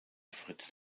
fritz